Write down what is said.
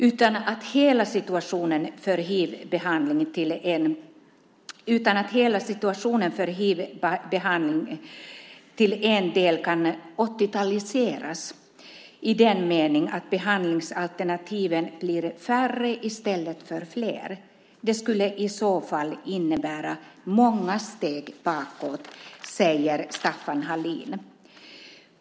utan att hela situationen för hivbehandling till en del kan åttiotaliseras i den meningen att behandlingsalternativen blir färre i stället för fler. Det skulle i så fall innebära många steg bakåt." Så säger Staffan Hallin.